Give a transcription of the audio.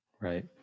Right